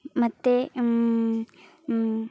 ಮತ್ತು